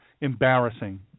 embarrassing